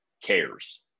cares